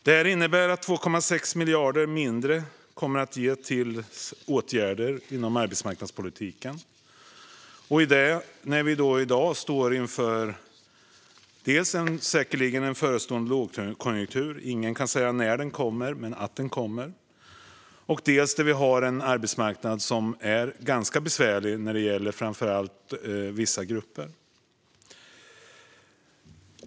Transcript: Det här innebär att 2,6 miljarder mindre kommer att ges till åtgärder inom arbetsmarknadspolitiken, detta när vi dels står inför en lågkonjunktur - ingen kan säga när den kommer, bara att den kommer - dels har en arbetsmarknad som är ganska besvärlig framför allt när det gäller vissa grupper.